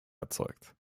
erzeugt